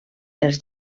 els